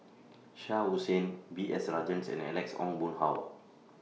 Shah Hussain B S Rajhans and Alex Ong Boon Hau